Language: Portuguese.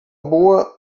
boa